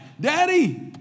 Daddy